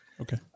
okay